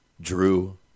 Drew